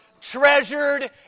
treasured